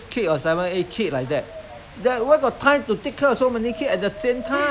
uh nowadays they can~ they don't have the time they try to go for their